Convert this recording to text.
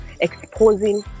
exposing